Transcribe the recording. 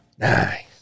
Nice